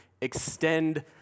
extend